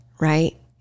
right